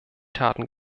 taten